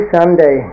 Sunday